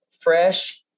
fresh